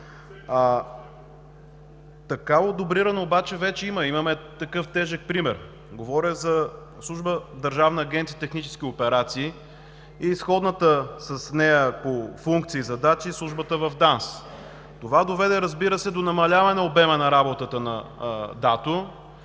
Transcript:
за охрана. Вече имаме такъв тежък пример. Говоря за Държавната агенция „Технически операции“ и сходната с нея по функции и задачи служба в ДАНС. Това доведе, разбира се, до намаляване обема на работата на ДАТО,